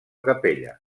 capella